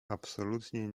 absolutnie